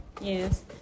yes